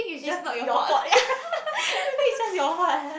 it's your fault ya everything is just your fault